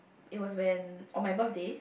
it was when on my birthday